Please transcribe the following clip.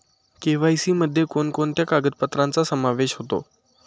KYC मध्ये कोणकोणत्या कागदपत्रांचा समावेश होतो?